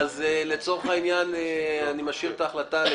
לצורך העניין אני משאיר את ההחלטה.